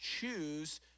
choose